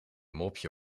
mopje